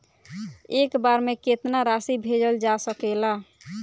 एक बार में केतना राशि भेजल जा सकेला?